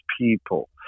people